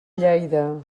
lleida